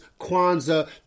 Kwanzaa